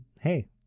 hey